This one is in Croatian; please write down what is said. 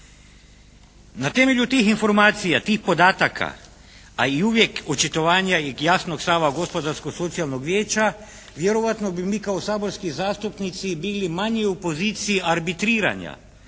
Na temelju tih informacija, tih podataka, a i uvijek očitovanja i jasnog stava gospodarsko socijalnog vijeća, vjerojatno bi mi kao saborski zastupnici bili manje u poziciji arbitriranja,